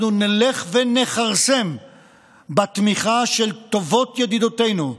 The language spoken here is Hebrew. נלך ונכרסם בתמיכה של הטובות בידידותינו,